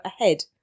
ahead